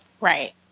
Right